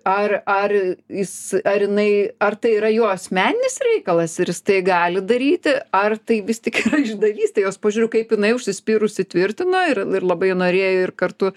ar ar jis ar jinai ar tai yra jo asmeninis reikalas ir jis tai gali daryti ar tai vis tik yra išdavystė jos požiūriu kaip jinai užsispyrusi tvirtino ir ir labai norėjo ir kartu